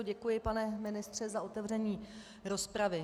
Děkuji, pane ministře, za otevření rozpravy.